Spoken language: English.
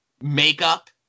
makeup